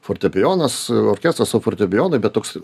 fortepijonas orkestras o fortepijonui bet toks